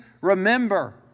remember